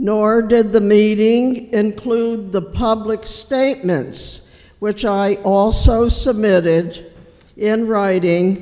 nor did the meeting include the public statements which i also submitted in writing